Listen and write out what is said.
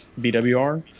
BWR